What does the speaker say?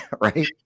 right